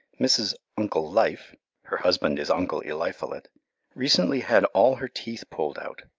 mrs. uncle life her husband is uncle eliphalet recently had all her teeth pulled out,